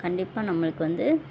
கண்டிப்பாக நம்மளுக்கு வந்து